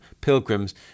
pilgrims